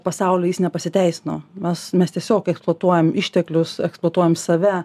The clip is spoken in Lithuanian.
pasaulyje jis nepasiteisino nes mes tiesiog eksploatuojam išteklius eksportuojam save